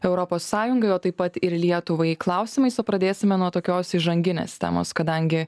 europos sąjungai o taip pat ir lietuvai klausimais o pradėsime nuo tokios įžanginės temos kadangi